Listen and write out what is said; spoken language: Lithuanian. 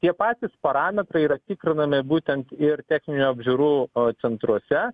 tie patys parametrai yra tikrinami būtent ir techninių apžiūrų centruose